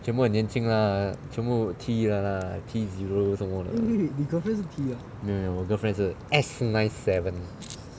全部很年轻啦全部 T 的 lah T zero 什么的没有没有我 girlfriend 是 S nine seven